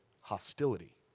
hostility